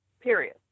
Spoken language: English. period